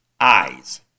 Eyes